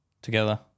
Together